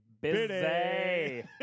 busy